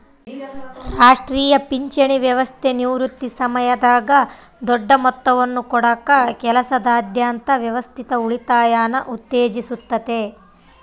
ರಾಷ್ಟ್ರೀಯ ಪಿಂಚಣಿ ವ್ಯವಸ್ಥೆ ನಿವೃತ್ತಿ ಸಮಯದಾಗ ದೊಡ್ಡ ಮೊತ್ತವನ್ನು ಕೊಡಕ ಕೆಲಸದಾದ್ಯಂತ ವ್ಯವಸ್ಥಿತ ಉಳಿತಾಯನ ಉತ್ತೇಜಿಸುತ್ತತೆ